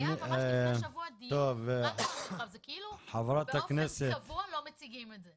היה לפני שבוע דיון וזה כאילו שבאופן קבוע לא מציגים את זה.